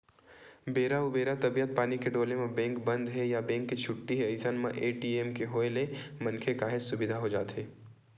बेरा उबेरा तबीयत पानी के डोले म बेंक बंद हे या बेंक के छुट्टी हे अइसन मन ए.टी.एम के होय ले मनखे काहेच सुबिधा हो जाथे